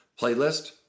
playlist